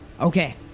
Okay